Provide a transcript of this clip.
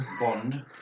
Bond